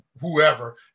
whoever